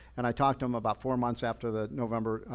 and i talked to him about four months after the november,